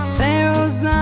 Pharaoh's